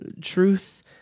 truth